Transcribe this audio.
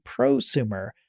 prosumer